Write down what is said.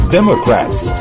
Democrats